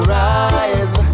rise